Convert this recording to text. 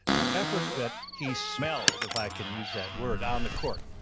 the effort that he smelled, if i can use that word, on the court,